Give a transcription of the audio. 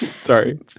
Sorry